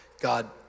God